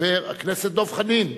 חבר הכנסת דב חנין.